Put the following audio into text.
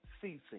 ceasing